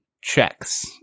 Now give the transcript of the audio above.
checks